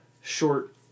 short